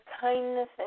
kindness